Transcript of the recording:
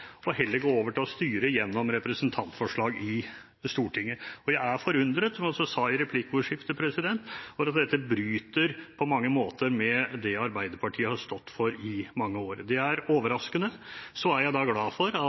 og heller gå over til å styre gjennom representantforslag i Stortinget. Jeg er forundret, som jeg også sa i replikkordskiftet, fordi dette på mange måter bryter med det som Arbeiderpartiet har stått for i mange år. Det er overraskende. Så er jeg glad for at